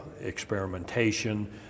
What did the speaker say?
experimentation